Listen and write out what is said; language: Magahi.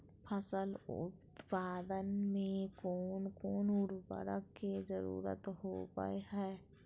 फसल उत्पादन में कोन कोन उर्वरक के जरुरत होवय हैय?